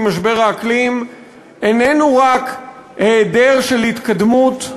משבר האקלים איננו רק היעדר התקדמות,